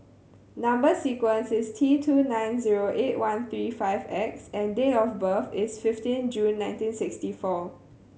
number sequence is T two nine zero eight one three five X and date of birth is fifteen June nineteen sixty four